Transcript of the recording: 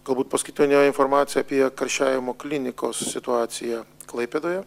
galbūt paskutinė informaciją apie karščiavimo klinikos situaciją klaipėdoje